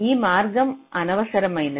ఈ మార్గం అనవసరమైనది